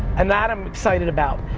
and that i'm excited about.